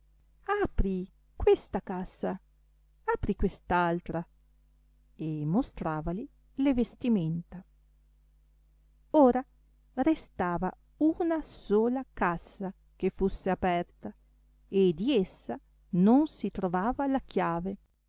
apri questa cassa apri quest altra e mostravali le vestimenta ora restava una sola cassa che fusse aperta e di essa non si trovava la chiave